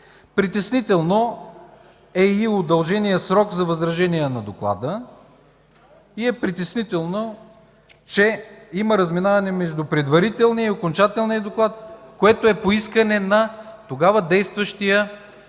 Притеснителен е и удълженият срок за възражения на доклада. Притеснително е, че има разминаване между предварителния и окончателния доклад, което е по искане на тогава действащия